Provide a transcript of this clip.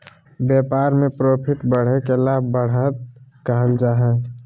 व्यापार में प्रॉफिट बढ़े के लाभ, बढ़त कहल जा हइ